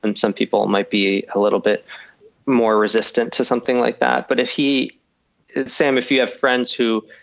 and some people might be a little bit more resistant to something like that. but if he sam, if you have friends, who